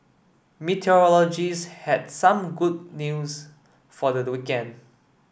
meteorologist had some good news for the the weekend